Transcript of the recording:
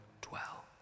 dwell